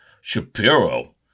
Shapiro